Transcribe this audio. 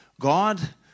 God